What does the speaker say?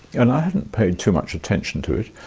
and i hadn't paid too much attention to it.